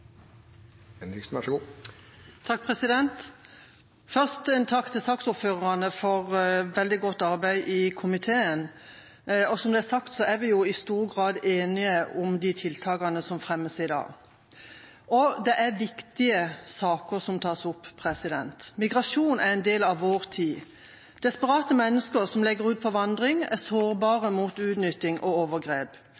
Først en takk til saksordførerne for veldig godt arbeid i komiteen. Som det ble sagt, er vi i stor grad enige om de tiltakene som fremmes i dag. Det er viktige saker som tas opp. Migrasjon er en del av vår tid. Desperate mennesker som legger ut på vandring, er sårbare mot utnytting og overgrep.